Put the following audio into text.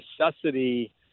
necessity